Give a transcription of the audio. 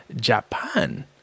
Japan